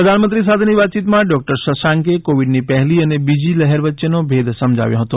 પ્રધાનમંત્રી સાથેની વાતચીતમાં ડોકટર શંશાંકે કોવીડની પહેલી અને બીજી લહેર વચ્ચેનો ભેદ સમજાવ્યો હતો